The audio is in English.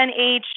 NH